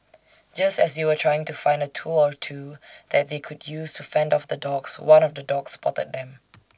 just as they were trying to find A tool or two that they could use to fend off the dogs one of the dogs spotted them